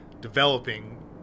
developing